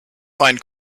find